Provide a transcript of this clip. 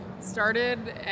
started